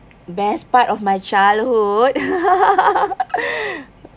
best part of my childhood